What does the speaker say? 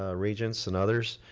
ah regents and others,